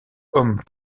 homme